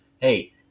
hey